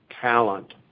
talent